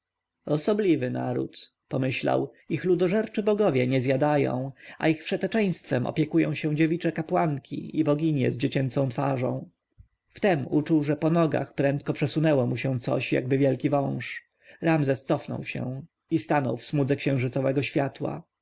osobliwy naród pomyślał ich ludożerczy bogowie nie zjadają a ich wszeteczeństwem opiekują się dziewicze kapłanki i boginie z dziecięcą twarzą wtem uczuł że po nogach prędko przesunęło mu się coś jakby wielki wąż ramzes cofnął się i stanął w smudze księżycowego światła